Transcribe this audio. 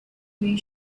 way